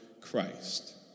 Christ